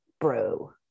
bro